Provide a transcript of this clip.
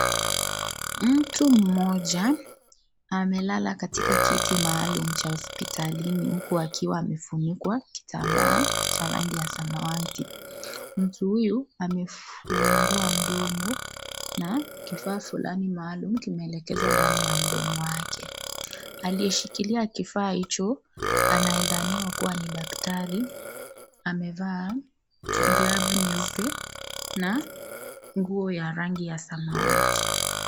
Mtu mmoja amelala katika kiti maalum cha hospitalini huku akiwa amefunikwa kitambaa cha rangi ya samawati, mtu huyu amefungua mdomo na kifaa fulani maalum kimeelekezwa ndani ya mdomo wake, aliyeshikilia kifaa hicho, anayedhaniwa kuwa ni daktari amevaa glavu nyeupe na nguo ya rangi ya samawati.